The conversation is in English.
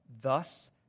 thus